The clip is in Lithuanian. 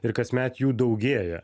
ir kasmet jų daugėja